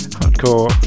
hardcore